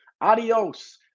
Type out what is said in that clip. adios